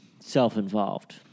Self-involved